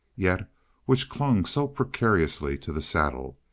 yet which clung so precariously to the saddle?